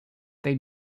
they